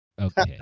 Okay